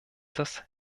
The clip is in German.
das